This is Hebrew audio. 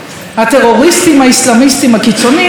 הטרוריסטים האסלאמיסטים הקיצוניים.